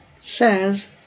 says